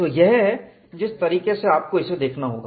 तो यह है जिस तरीके से आपको इसे देखना होगा